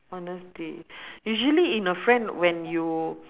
honesty usually in a friend when you